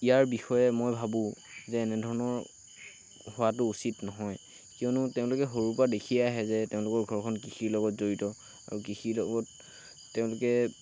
ইয়াৰ বিষয়ে মই ভাবোঁ যে এনেধৰণৰ হোৱাটো উচিত নহয় কিয়নো তেওঁলোকে সৰুৰে পৰা দেখিয়ে আহে যে তেওঁলোকৰ ঘৰখন কৃষিৰ লগত জড়িত আৰু কৃষিৰ লগত তেওঁলোকে